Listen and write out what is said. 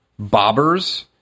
bobbers